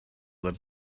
that